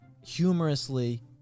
humorously